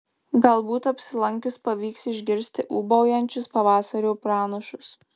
galbūt apsilankius pavyks išgirsti ūbaujančius pavasario pranašus